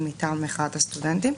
אני מטעם מחאת הסטודנטים.